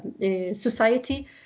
society